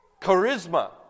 charisma